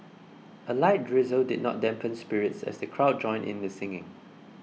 a light drizzle did not dampen spirits as the crowd joined in the singing